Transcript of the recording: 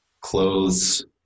Clothes